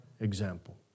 example